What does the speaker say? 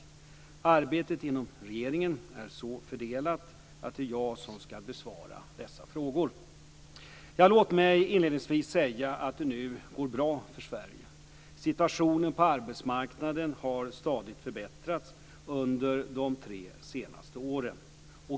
Arbetet inom regeringen är så fördelat att det är jag som ska besvara dessa frågor. Låt mig inledningsvis säga att det nu går bra för Sverige. Situationen på arbetsmarknaden har stadigt förbättrats under de tre senaste åren.